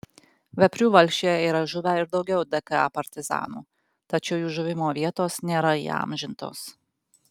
veprių valsčiuje yra žuvę ir daugiau dka partizanų tačiau jų žuvimo vietos nėra įamžintos